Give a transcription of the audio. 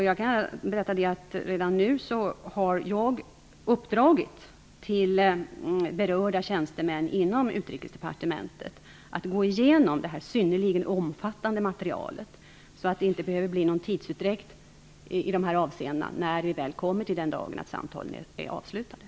Jag kan berätta att jag redan nu har uppdragit till berörda tjänstemän inom Utrikesdepartementet att gå igenom detta synnerligen omfattande material, så att det inte behöver bli någon tidsutdräkt i dessa avseenden när vi väl kommer till den dag då samtalen är avslutade.